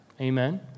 Amen